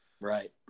Right